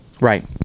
Right